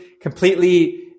completely